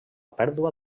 pèrdua